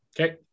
Okay